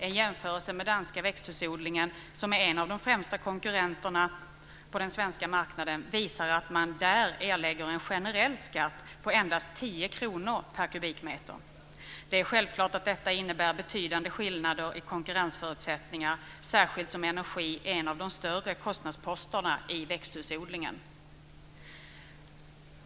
En jämförelse med den danska växthusodlingen, som är en av de främsta konkurrenterna på den svenska marknaden, visar att man där erlägger en generell skatt på endast 10 kr per kubikmeter. Det är självklart att detta innebär betydande skillnader i konkurrensförutsättningar, särskilt som energi är en av de större kostnadsposterna i växthusodlingen.